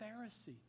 Pharisee